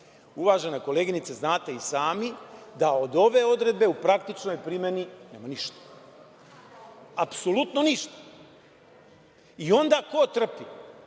člana. Uvažena koleginice znate i sami da od ove odredbe u praktičnoj primeni nema ništa, apsolutno ništa. I, onda ko trpi?